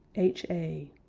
h a.